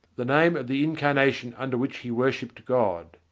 the name of the incarnation under which he worshipped god.